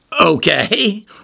Okay